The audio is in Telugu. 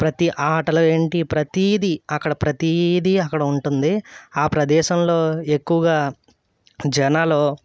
ప్రతీ ఆటలేంటి ప్రతీది అక్కడ ప్రతీది అక్కడ ఉంటుంది ఆ ప్రదేశంలో ఎక్కువగా జనాలు